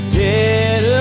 dead